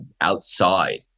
outside